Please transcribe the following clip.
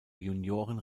junioren